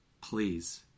please